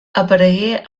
aparegué